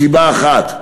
מסיבה אחת,